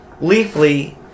Leafly